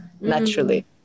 naturally